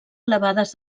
elevades